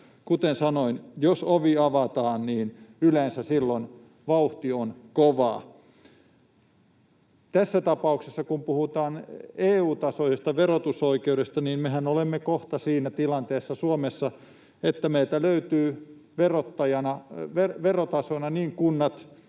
kuten sanoin, jos ovi avataan, niin yleensä silloin vauhti on kovaa. Tässä tapauksessa kun puhutaan EU-tasoisesta verotusoikeudesta, niin mehän olemme kohta siinä tilanteessa Suomessa, että meiltä löytyvät verotasona niin kunnat,